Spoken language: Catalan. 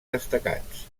destacats